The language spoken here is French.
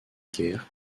guerre